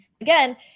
again